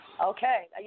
Okay